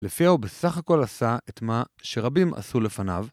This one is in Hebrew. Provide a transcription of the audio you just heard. לפיו בסך הכל עשה את מה שרבים עשו לפניו.